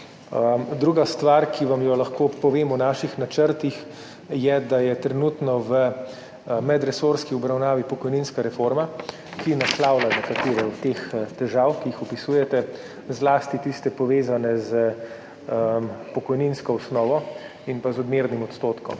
Druga stvar, ki vam jo lahko povem o naših načrtih, je, da je trenutno v medresorski obravnavi pokojninska reforma, ki naslavlja nekatere od teh težav, ki jih opisujete, zlasti tiste, povezane s pokojninsko osnovo in odmernim odstotkom,